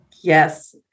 Yes